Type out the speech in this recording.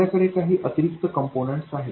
आपल्याकडे काही अतिरिक्त कॉम्पोनन्ट्स आहेत